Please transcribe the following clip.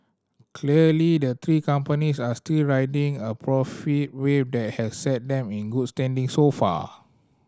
clearly the three companies are still riding a profit wave that has set them in good standing so far